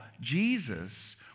jesus